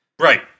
right